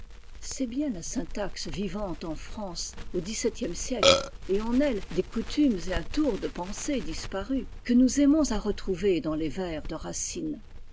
c'est bien la syntaxe vivante en france au xvn siècle et en elle des coutumes et un tour de pensée disparus que nous aimons à trouver dans les vers de racine